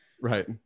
right